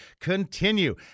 continue